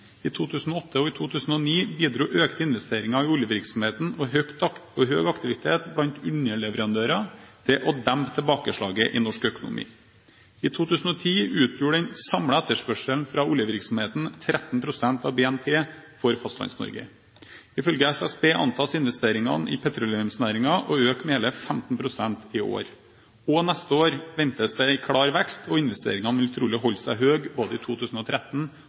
og høy aktivitet blant underleverandører til å dempe tilbakeslaget i norsk økonomi. I 2010 utgjorde den samlede etterspørselen fra oljevirksomheten 13 pst. av BNP for Fastlands-Norge. Ifølge SSB antas investeringene i petroleumsnæringen å øke med hele 15 pst. i år. Også neste år ventes det en klar vekst, og investeringene vil trolig holde seg høye både i 2013